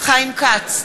חיים כץ,